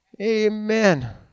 Amen